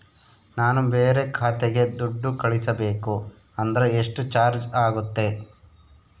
ನಾನು ಬೇರೆ ಖಾತೆಗೆ ದುಡ್ಡು ಕಳಿಸಬೇಕು ಅಂದ್ರ ಎಷ್ಟು ಚಾರ್ಜ್ ಆಗುತ್ತೆ?